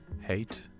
hate